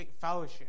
Fellowship